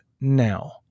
now